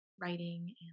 writing